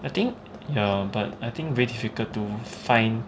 I think ya but I think very difficult to find